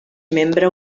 membre